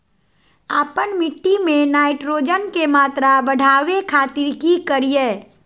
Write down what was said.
आपन मिट्टी में नाइट्रोजन के मात्रा बढ़ावे खातिर की करिय?